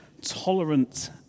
tolerant